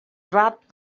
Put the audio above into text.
dropped